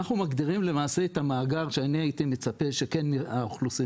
אנחנו מגדירים למעשה את המאגר שאני הייתי מצפה שכן האוכלוסין